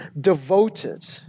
devoted